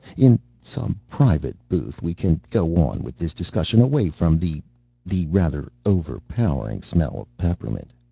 in some private booth we can go on with this discussion away from the the rather overpowering smell of peppermint.